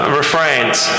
refrains